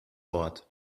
wort